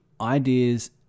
ideas